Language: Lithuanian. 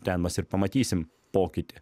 ten mes ir pamatysim pokytį